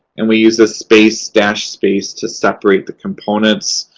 and we use a space-dash-space to separate the components.